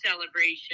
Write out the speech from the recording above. celebration